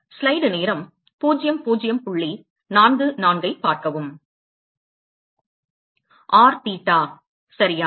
r theta சரியா